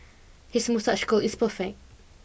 his moustache curl is perfect